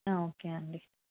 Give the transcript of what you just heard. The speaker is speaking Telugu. ఓకే అండి